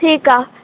ठीकु आहे